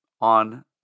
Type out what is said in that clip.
on